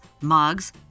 mugs